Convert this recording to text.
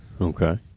Okay